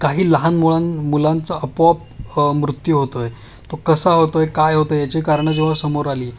काही लहान मुळां मुलांचा आपोआप मृत्यू होतो आहे तो कसा होतोय काय होतं याचे कारणं जेव्हा समोर आली